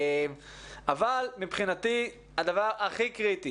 אבל מבחינתי הדבר הכי קריטי